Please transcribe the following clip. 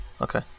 Okay